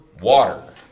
water